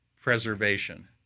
preservation